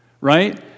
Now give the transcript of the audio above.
right